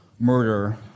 murder